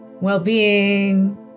well-being